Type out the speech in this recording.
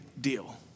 deal